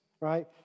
right